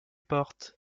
porte